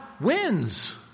wins